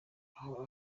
aho